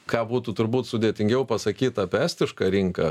ką būtų turbūt sudėtingiau pasakyt apie estišką rinką